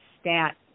stat